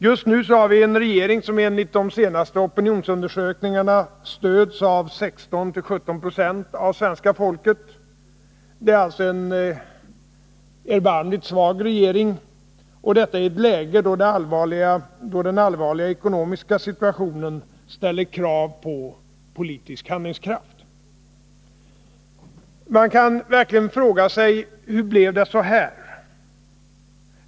Just nu har vi en regering som enligt de senaste opinionsundersökningarna stöds av 16-17 26 av svenska folket. Det är alltså en erbarmligt svag regering, och detta i ett läge då den allvarliga ekonomiska situationen ställer krav på politisk handlingskraft. Man kan verkligen fråga sig: Hur blev det så här?